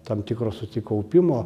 tam tikro susikaupimo